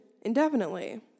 indefinitely